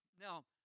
Now